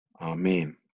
Amen